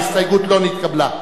ההסתייגות לא נתקבלה.